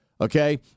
Okay